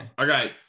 okay